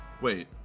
Wait